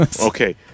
Okay